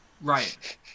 Right